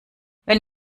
wenn